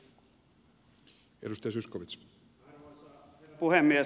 arvoisa herra puhemies